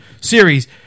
series